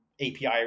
API